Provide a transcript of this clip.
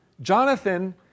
Jonathan